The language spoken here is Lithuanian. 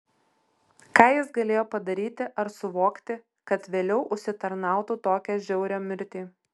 ką jis galėjo padaryti ar suvokti kad vėliau užsitarnautų tokią žiaurią mirtį